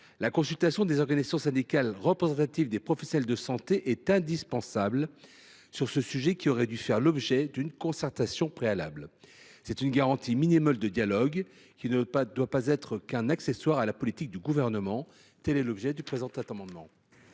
la consultation des organisations syndicales représentatives des professionnels de santé est indispensable sur ce sujet, qui aurait dû faire l’objet d’une concertation préalable. C’est une garantie minimale de dialogue, qui ne doit pas être qu’un accessoire à la politique du Gouvernement. Quel est l’avis du Gouvernement